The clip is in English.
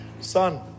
Son